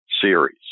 series